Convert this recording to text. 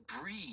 breathe